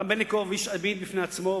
רם בלינקוב איש אמיד בפני עצמו,